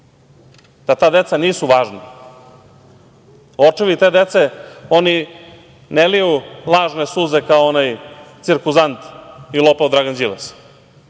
da ta deca nisu važna? Očevi te dece, oni ne liju lažne suze kao onaj cirkuzant i lopov Dragan Đilas.